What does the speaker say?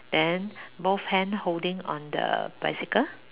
then both hand holding on the bicycle